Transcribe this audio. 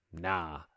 nah